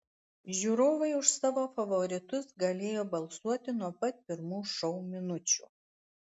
žiūrovai už savo favoritus galėjo balsuoti nuo pat pirmų šou minučių